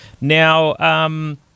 Now